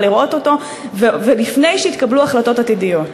לראות אותו ולפני שיתקבלו החלטות עתידיות.